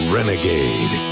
Renegade